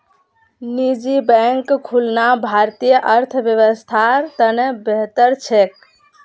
निजी बैंक खुलना भारतीय अर्थव्यवस्थार त न बेहतर छेक